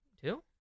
Two